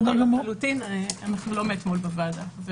אנחנו לא מאתמול בוועדה.